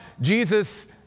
Jesus